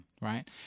right